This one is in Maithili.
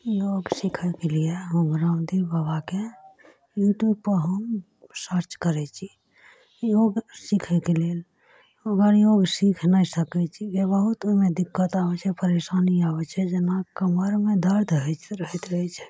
योग सिखैके लिए हम रामदेव बाबाके यूट्यूब बहुत सर्च करै छी योग सिखैके लिए मगर हम सिखि नहि सकै छी जे बहुत ओहिमे दिक्कत आबै छै परेशानी आबै छै जेना कमरमे दरद होइ रहैत रहै छै